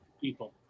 people